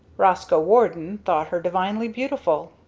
roscoe warden thought her divinely beautiful.